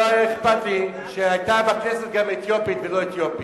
לא היה אכפת לי שהיתה בכנסת אתיופית ולא אתיופי,